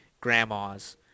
grandmas